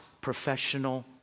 professional